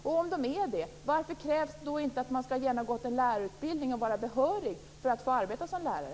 Om de är det, varför krävs det då inte att de skall ha genomgått en lärarutbildning och vara behöriga för att få arbeta som lärare?